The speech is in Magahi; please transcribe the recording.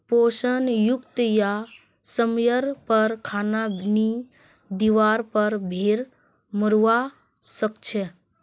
पोषण युक्त या समयर पर खाना नी दिवार पर भेड़ मोरवा सकछे